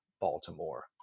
Baltimore